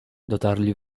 dotarli